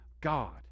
God